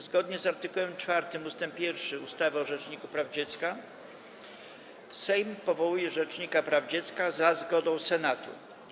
Zgodnie z art. 4 ust. 1 ustawy o Rzeczniku Praw Dziecka Sejm powołuje rzecznika praw dziecka za zgodą Senatu.